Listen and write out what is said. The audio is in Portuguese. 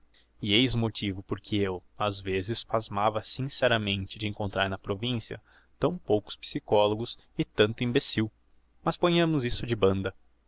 o motivo porque eu ás vezes pasmava sincéramente d'encontrar na provincia tão poucos psicólogos e tanto imbecil mas ponhamos isso de banda